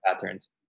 patterns